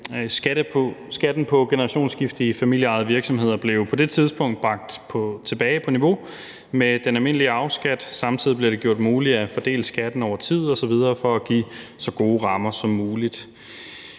Skatten på generationsskifte i familieejede virksomheder blev på det tidspunkt bragt tilbage på niveau med den almindelige arveskat. Samtidig blev det gjort muligt at fordele skatten over tid osv. for at give så gode rammer som muligt.